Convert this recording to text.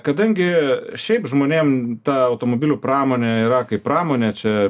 kadangi šiaip žmonėm ta automobilių pramonė yra kaip pramonė čia